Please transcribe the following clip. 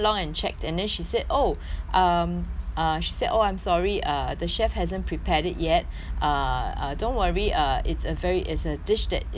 oh um ah she said oh I'm sorry uh the chef hasn't prepared it yet uh uh don't worry uh it's a very it's a dish that is um